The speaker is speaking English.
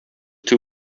two